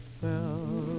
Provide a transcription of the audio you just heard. fell